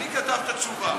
מי כתב את התשובה?